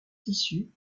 tissu